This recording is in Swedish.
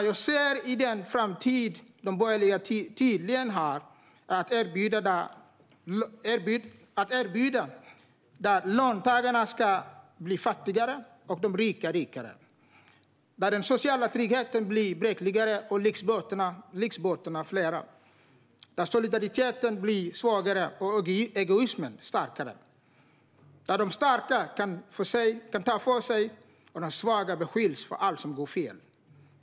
Jag ser in i den framtid de borgerliga tydligen har att erbjuda, där löntagarna ska bli fattigare och de rika rikare, där den sociala tryggheten blir bräckligare och lyxbåtarna blir fler, där solidariteten blir svagare och egoismen blir starkare, där de starka kan ta för sig och där de svaga beskylls för allt som går fel.